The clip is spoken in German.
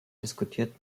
diskutierten